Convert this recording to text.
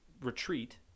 retreat